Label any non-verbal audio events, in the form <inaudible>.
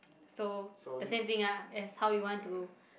<noise> so the same thing ah as how you want to